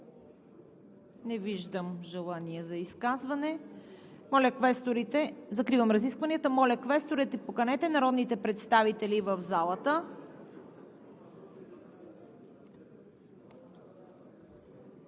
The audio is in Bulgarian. Не виждам желание за изказване. Закривам разискванията. Моля, квесторите, поканете народните представители в залата.